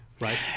right